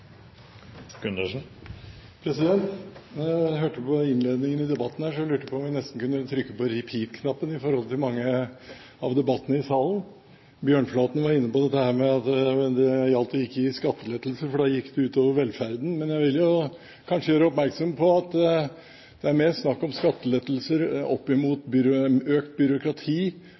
jeg hørte på innledningen til debatten her i dag, lurte jeg nesten på om jeg kunne trykke på «repeat»-knappen når det gjaldt mange av debattantene i salen. Bjørnflaten var inne på at det gjaldt å ikke gi skattelettelser, for da gikk det ut over velferden. Men jeg vil jo kanskje gjøre oppmerksom på at det er mer snakk om skattelettelser opp mot økt byråkrati,